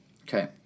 Okay